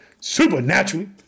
Supernaturally